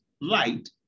light